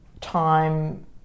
time